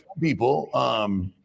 people